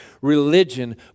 religion